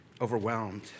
overwhelmed